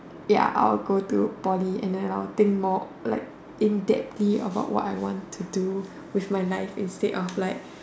ya I would go to Poly and then I will think more like in depth about what I want to do with my life instead of like